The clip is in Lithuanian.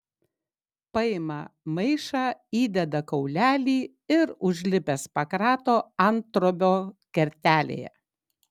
paima maišą įdeda kaulelį ir užlipęs pakrato anttrobio kertelėje